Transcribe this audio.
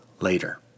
later